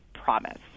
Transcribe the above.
promise